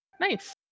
Nice